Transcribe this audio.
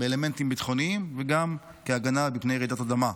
ואלמנטים ביטחוניים, וגם כהגנה מפני רעידות אדמה.